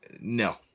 No